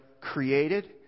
created